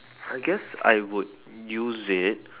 I guess I would use it